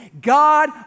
God